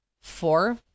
four